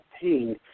pain